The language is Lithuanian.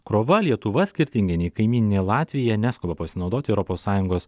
krova lietuva skirtingai nei kaimyninė latvija neskuba pasinaudoti europos sąjungos